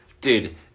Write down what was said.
Dude